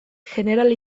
jeneral